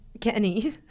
Kenny